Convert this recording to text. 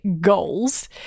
goals